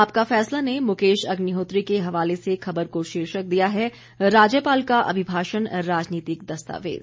आपका फैसला ने मुकेश अग्निहोत्री के हवाले से खबर को शीर्षक दिया है राज्यपाल का अभिभाषण राजनीतिक दस्तावेज